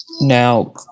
Now